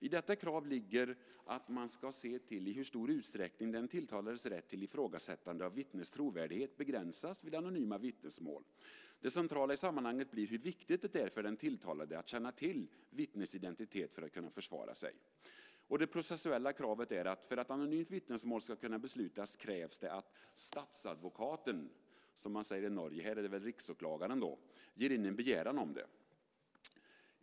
I detta krav ligger att man ska se till i hur stor utsträckning den tilltalades rätt till ifrågasättande av vittnes trovärdighet begränsas vid anonyma vittnesmål. Det centrala i sammanhanget blir hur viktigt det är för den tilltalade att känna till vittnets identitet för att kunna försvara sig. Det processuella kravet är att det för att anonymt vittnesmål ska kunna beslutas krävs att statsadvokaten, som man säger i Norge - här är det väl riksåklagaren - inger en begäran om det.